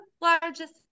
largest